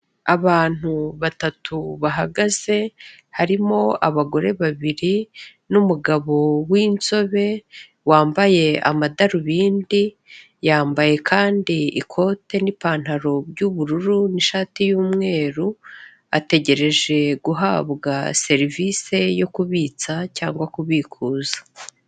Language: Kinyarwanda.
Abantu batatu bahagaze, harimo abagore babiri n'umugabo w'inzobe wambaye amadarubindi, yambaye kandi ikote n'ipantaro by'ubururu n'ishati y'umweru, ategereje guhabwa serivisi yo kubitsa cyangwa kubikuza.